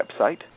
website